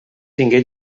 tingué